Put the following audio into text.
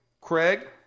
Craig